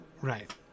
Right